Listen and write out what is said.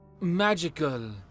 Magical